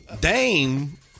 Dame